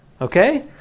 Okay